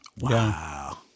Wow